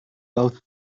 both